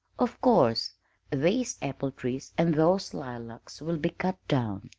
of course these apple-trees and those lilacs will be cut down,